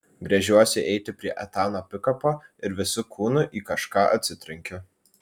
gręžiuosi eiti prie etano pikapo ir visu kūnu į kažką atsitrenkiu